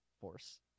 force